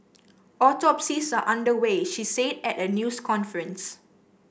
autopsies are under way she said at a news conference